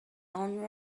owner